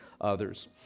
others